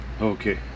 Okay